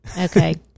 Okay